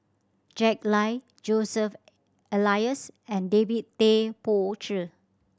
Jack Lai Joseph Elias and David Tay Poey Cher